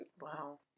wow